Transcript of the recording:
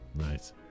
Nice